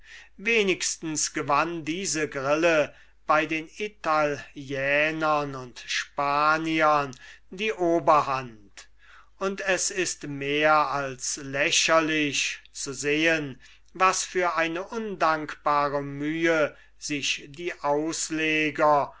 wenigstens gewann diese grille bei den italiänern und spaniern die oberhand und es ist mehr als lächerlich zu sehen was für eine undankbare mühe sich die ausleger